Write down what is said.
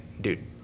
dude